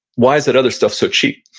why is that other stuff so cheap?